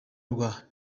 rwa